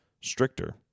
stricter